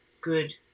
good